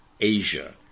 Asia